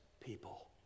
people